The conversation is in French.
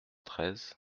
treize